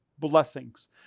blessings